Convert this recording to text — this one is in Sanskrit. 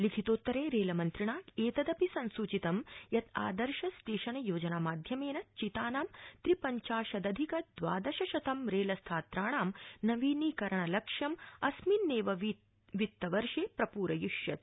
लिखितोत्तरे रेलमन्त्रिणा एतदपि संसूचितम् यत् आदर्श स्टेशन योजनामाध्यमेन चितानां त्रिपंचाशदधिक द्वादश शतं रेलस्थात्रणां नवीनीकरणलक्ष्यम् अस्मिन्नेव वित्तवर्षे प्रप्रयिष्यते